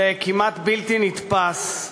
זה כמעט בלתי נתפס,